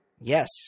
Yes